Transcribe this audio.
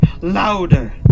louder